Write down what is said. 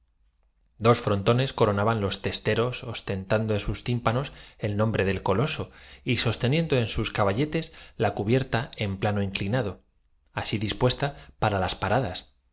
dos frontones coronaban los testeros ostentan do en sus tímpanos el nombre del coloso y sostenien do en sus caballetes la cubierta en plano inclinado así dispuesta para las paradas